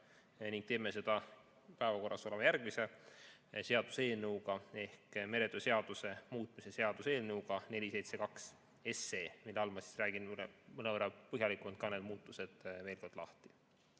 Teeme seda päevakorras oleva järgmise seaduseelnõuga ehk meretöö seaduse muutmise seaduse eelnõuga 472, mille all ma räägin mõnevõrra põhjalikumalt ka need muutused veel kord lahti. Need